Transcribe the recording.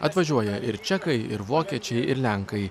atvažiuoja ir čekai ir vokiečiai ir lenkai